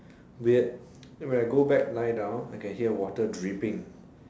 weird then when I go back lie down I can hear water dripping